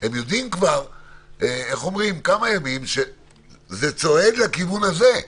הם יודעים כבר כמה ימים שזה צועד לכיוון הזה.